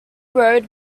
road